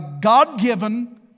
God-given